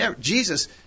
Jesus